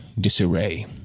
disarray